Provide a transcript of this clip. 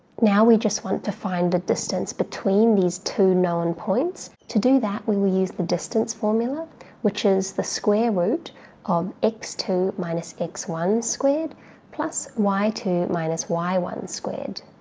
now we just want to find the distance between these two known points to do that we will use the distance formula which is the square root of x two minus x one squared plus y two minus y one squared.